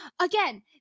again